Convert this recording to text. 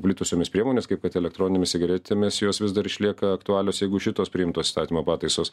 plitusiomis priemonės kaip kad elektroninėmis cigaretėmis jos vis dar išlieka aktualios jeigu šitos priimtos įstatymo pataisos